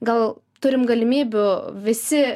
gal turim galimybių visi